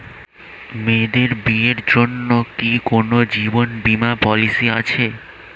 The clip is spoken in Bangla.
মেয়েদের বিয়ের জন্য কি কোন জীবন বিমা পলিছি আছে?